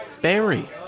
Barry